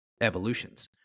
evolutions